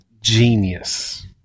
genius